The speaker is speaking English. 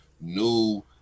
new